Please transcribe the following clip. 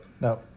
No